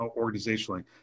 organizationally